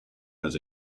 has